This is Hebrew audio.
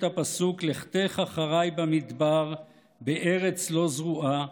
הפסוק: "לכתך אחרי במדבר בארץ לא זרועה",